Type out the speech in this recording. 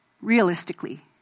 Realistically